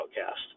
outcast